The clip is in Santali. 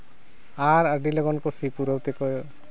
ᱟᱨ ᱟᱹᱰᱤ ᱞᱚᱜᱚᱱ ᱠᱚ ᱥᱤ ᱯᱩᱨᱟᱹᱣ ᱛᱮᱠᱚ